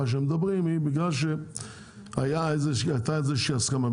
שמדברים היא בגלל שהייתה איזושהי הסכמה.